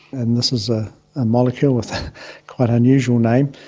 and this is ah a molecule with a quite unusual name,